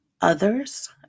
others